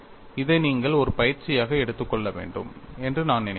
இதை நீங்கள் ஒரு பயிற்சியாக எடுத்துக் கொள்ள வேண்டும் என்று நினைக்கிறேன்